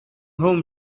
home